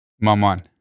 Maman